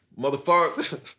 motherfucker